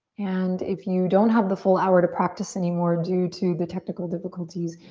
and if you don't have the full hour to practice anymore due to the technical difficulties,